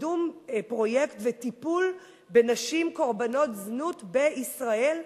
לקידום פרויקט לטיפול בנשים קורבנות זנות בישראל,